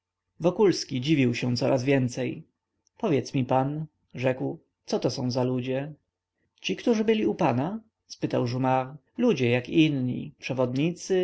wychowanego wokulski dziwił się coraz więcej powiedz mi pan rzekł coto są za ludzie ci którzy byli u pana spytał jumart ludzie jak inni przewodnicy